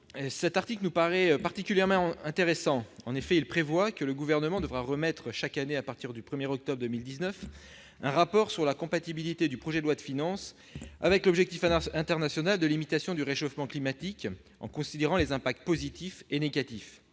Cet article nous paraît particulièrement intéressant, dans la mesure où il prévoit que le Gouvernement devra remettre au Parlement, chaque année à partir du 1 octobre 2019, un rapport sur la compatibilité du projet de loi de finances avec l'objectif international de limitation du réchauffement climatique, en considérant les impacts positifs et négatifs.